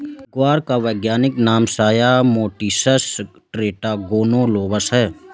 ग्वार का वैज्ञानिक नाम साया मोटिसस टेट्रागोनोलोबस है